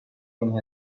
این